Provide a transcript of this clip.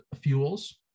fuels